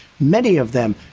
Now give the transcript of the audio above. many of them,